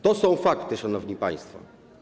To są fakty, szanowni państwo.